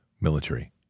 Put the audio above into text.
military